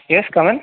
yes come in